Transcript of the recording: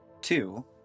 Two